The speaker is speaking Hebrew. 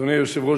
אדוני היושב-ראש,